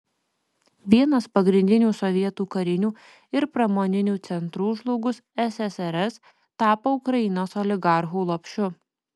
vienas pagrindinių sovietų karinių ir pramoninių centrų žlugus ssrs tapo ukrainos oligarchų lopšiu